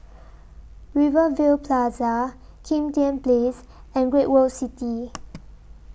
Rivervale Plaza Kim Tian Place and Great World City